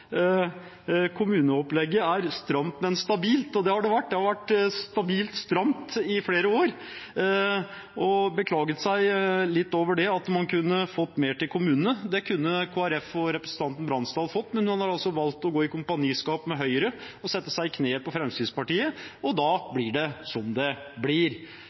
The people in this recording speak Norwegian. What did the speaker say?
kommuneopplegget er stramt, men stabilt. Det har det vært, det har vært stabilt stramt i flere år, og hun beklaget seg litt over det, at man kunne fått mer til kommunene. Det kunne Kristelig Folkeparti og representanten Bransdal fått, men man har altså valgt å gå i kompaniskap med Høyre og sette seg på